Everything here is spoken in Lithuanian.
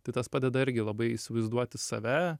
tai tas padeda irgi labai įsivaizduoti save